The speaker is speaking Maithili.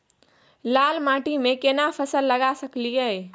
लाल माटी में केना फसल लगा सकलिए?